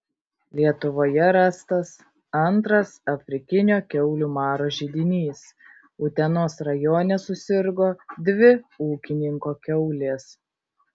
lietuvoje rastas antras afrikinio kiaulių maro židinys utenos rajone susirgo dvi ūkininko kiaulės